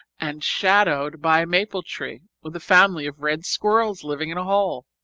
and shaded by a maple tree with a family of red squirrels living in a hole.